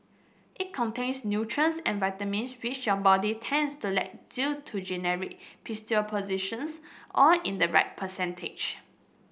it contains nutrients and vitamins which your body tends to lack due to all in the right percentage